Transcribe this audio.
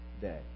day